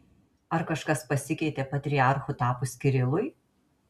ar kažkas pasikeitė patriarchu tapus kirilui